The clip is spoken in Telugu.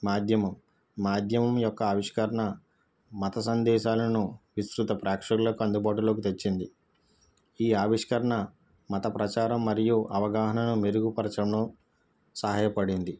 మాధ్యమం మాధ్యమం యొక్క ఆవిష్కరణ మత సందేశాలను విసృత ప్రేక్షకులకు అందుబాటులో తెచ్చింది ఈ ఆవిష్కరణ మత ప్రచారం మరియు అవగాహన మెరుగుపరచడంలో సహాయపడింది